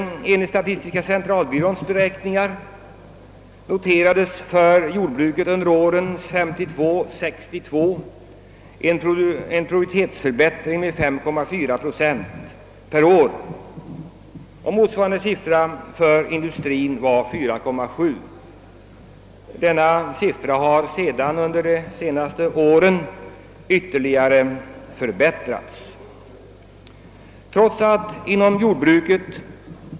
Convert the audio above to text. Enligt statistiska centralbyråns beräkningar noterades under åren 1952— 1962 en produktivitetsförbättring inom jordbruket på 5,4 procent per år, och den siffran har under de senaste åren ytterligare förbättrats. Motsvarande siffra för industrien var 4,7 procent.